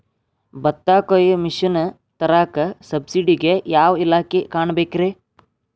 ಭತ್ತ ಕೊಯ್ಯ ಮಿಷನ್ ತರಾಕ ಸಬ್ಸಿಡಿಗೆ ಯಾವ ಇಲಾಖೆ ಕಾಣಬೇಕ್ರೇ?